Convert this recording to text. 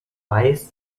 weiß